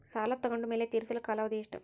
ಸಾಲ ತಗೊಂಡು ಮೇಲೆ ತೇರಿಸಲು ಕಾಲಾವಧಿ ಎಷ್ಟು?